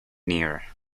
nearer